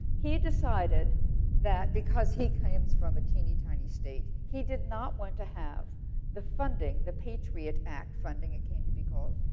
he decided that, because he came from a teeny tiny state, he did not want to have the funding, the patriot act funding, it came to be called,